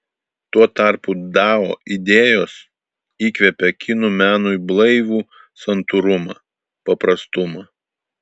tuo tarpu dao idėjos įkvepia kinų menui blaivų santūrumą paprastumą